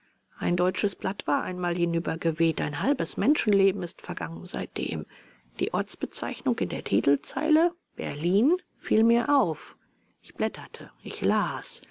ein deutsches blatt war einmal hinübergeweht ein halbes menschenleben ist vergangen seitdem die ortsbezeichnung in der titelzeile berlin fiel mir auf ich blätterte ich las